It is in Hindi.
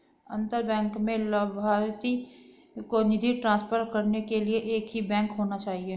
अंतर बैंक में लभार्थी को निधि ट्रांसफर करने के लिए एक ही बैंक होना चाहिए